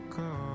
go